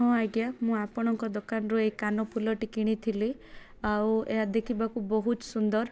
ହଁ ଆଜ୍ଞା ମୁଁ ଆପଣଙ୍କ ଦୋକାନରୁ ଏଇ କାନଫୁଲଟି କିଣିଥିଲି ଆଉ ଏହା ଦେଖିବାକୁ ବହୁତ ସୁନ୍ଦର